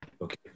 okay